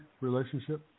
relationship